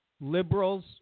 Liberals